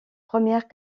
première